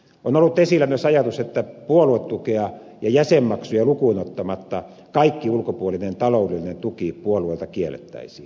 on ollut esillä myös ajatus että puoluetukea ja jäsenmaksuja lukuun ottamatta kaikki ulkopuolinen taloudellinen tuki puolueilta kiellettäisiin